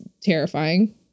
terrifying